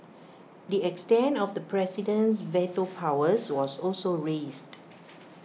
the extent of the president's veto powers was also raised